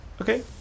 Okay